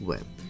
Web